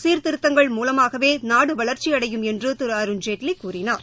சீர்திருத்தங்கள் மூலமாகவே நாடு வளர்ச்சியடையும் என்று திரு அருண்ஜேட்லி கூறினார்